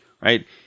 right